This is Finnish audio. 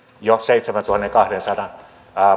jo seitsemäntuhannenkahdensadan